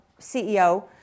CEO